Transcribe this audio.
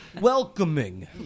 welcoming